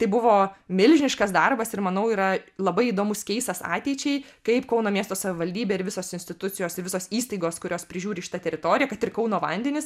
tai buvo milžiniškas darbas ir manau yra labai įdomus keisas ateičiai kaip kauno miesto savivaldybė ir visos institucijos ir visos įstaigos kurios prižiūri šitą teritoriją kad ir kauno vandenys